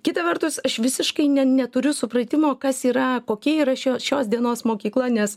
kita vertus aš visiškai ne neturiu supratimo kas yra kokia yra šio šios dienos mokykla nes